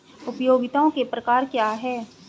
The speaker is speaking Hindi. उपयोगिताओं के प्रकार क्या हैं?